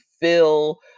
fill